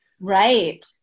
Right